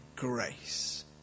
grace